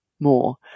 More